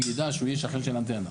הוא ידע שהוא יהיה שכן של אנטנה.